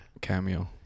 Cameo